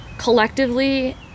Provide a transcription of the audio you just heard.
collectively